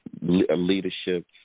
leadership